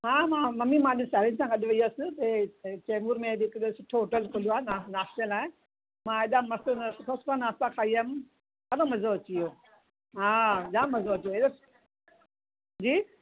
हा मां मम्मी मां अॼु साहेड़ियुनि सां गॾु वेई हुअसि हिते चैम्बूर में हेॾे हिकिड़ो सुठो होटल खुलियो आहे न नास्ते लाइ मां हेॾा मस्तु मस्तु सुठो सुठो नास्ता खाई आयमि ॾाढो मज़ो अची वियो हा जाम मज़ो अची वियो हेॾो जी